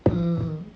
mm